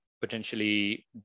potentially